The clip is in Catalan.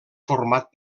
format